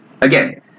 again